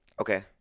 Okay